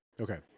Okay